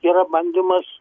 yra bandymas